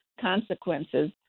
consequences